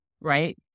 right